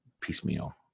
piecemeal